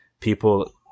people